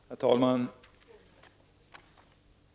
Herr talman!